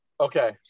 Okay